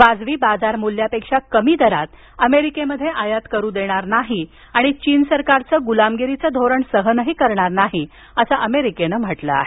वाजवी बाजार मूल्यापेक्षा कमी दरात अमेरिकेत आयात करू देणार नाही आणि चीन सरकारचं गुलामगिरीचं धोरण सहन करणार नाही असं अमेरिकेनं म्हटलं आहे